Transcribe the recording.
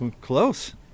Close